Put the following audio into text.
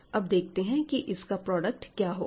अब देखते हैं कि इसका प्रोडक्ट क्या होगा